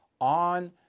on